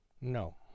no